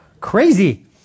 crazy